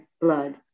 blood